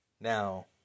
Now